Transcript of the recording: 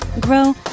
grow